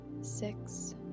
six